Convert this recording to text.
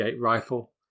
rifle